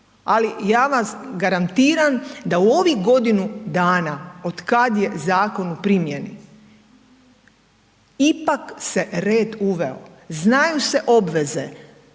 Ali ja vam garantiram da u ovih godinu dana od kad je zakon u primjeni ipak se red uveo, znaju se obveze,